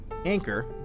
Anchor